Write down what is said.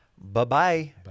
Bye-bye